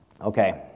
Okay